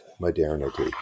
modernity